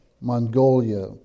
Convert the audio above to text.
Mongolia